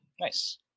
Nice